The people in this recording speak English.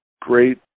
great